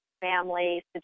family